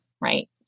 right